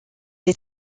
les